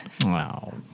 Wow